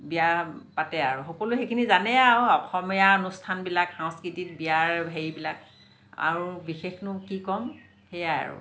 বিয়া পাতে আৰু সকলো সেইখিনি জানে আৰু অসমীয়া অনুষ্ঠানবিলাক সাংস্কৃতিক বিয়াৰ হেৰিবিলাক আৰু বিশেষনো কি কম সেইয়াই আৰু